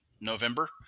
November